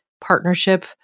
partnership